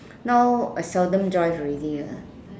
now I seldom drive already ah